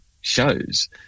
shows